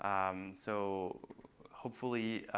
um um so hopefully,